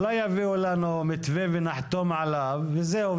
אולי יביאו לנו מתווה ונחתום עליו וזהו.